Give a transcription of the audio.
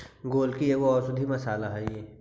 गोलकी एगो औषधीय मसाला हई